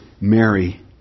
Mary